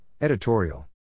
Editorial